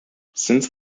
since